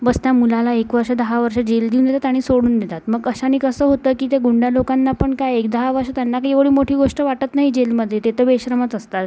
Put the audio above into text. बस त्या मुलाला एक वर्ष दहा वर्ष जेल देऊन देतात आणि सोडून देतात मग अशानी कसं होतं की त्या गुंडा लोकांना पण काय एक दहा वर्ष त्यांना काही एवढी मोठी गोष्ट वाटत नाही जेलमध्ये ते तर बेशरमच असतात